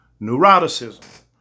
Neuroticism